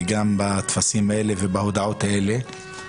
וגם בטפסים האלה ובהודעות האלה.